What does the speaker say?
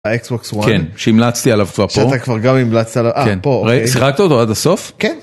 ה xbox one, כן, שהמלצתי עליו כבר פה, שאתה כבר גם המלצת עליו, אה, פה, שיחקת איתו עד הסוף? כן